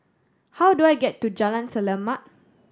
how do I get to Jalan Selamat